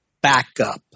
backup